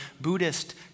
Buddhist